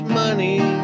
money